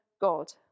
God